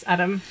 Adam